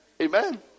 Amen